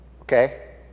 Okay